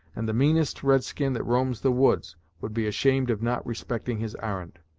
and the meanest red-skin that roams the woods would be ashamed of not respecting his ar'n'd.